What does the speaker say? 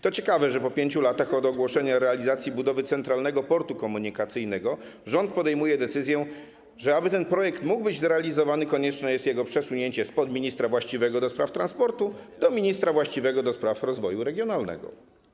To ciekawe, że po 5 latach od ogłoszenia realizacji budowy Centralnego Portu Komunikacyjnego rząd podejmuje decyzję, że aby ten projekt mógł być zrealizowany, konieczne jest jego przesunięcie spod ministra właściwego do spraw transportu do ministra właściwego do spraw rozwoju regionalnego.